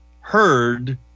heard